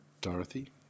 Dorothy